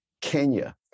Kenya